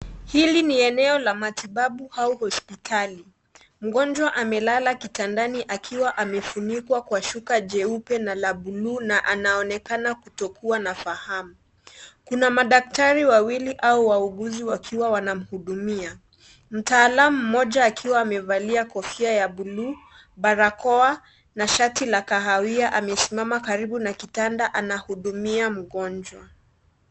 Hili ni eneo la matibabu au hospitali, mgonjwa amelala kitandani akiwa amefunikwa kwa shuka jeupe na buluu na anaonekana kutokuwa na fahamu, madaktari wawili au wauguzi wakiwa wana muhudumia, mataalamu mmoja akiwa amevalia kofia ya buluu, barakoa, na shati la kahawia amesimama karibu na kitanda anahudumia, mgonjwa.